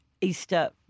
Easter